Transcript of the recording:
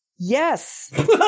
Yes